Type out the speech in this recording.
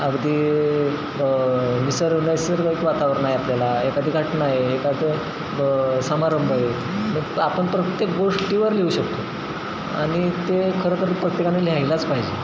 अगदी निसर्ग नैसर्गिक वातावरण आहे आपल्याला एखादी घटना आहे एखादं समारंभ आहेत मग आपण प्रत्येक गोष्टीवर लिहू शकतो आणि ते खरंतर प्रत्येकानं लिहायलाच पाहिजे